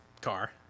car